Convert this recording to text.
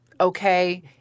okay